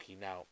Now